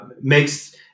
makes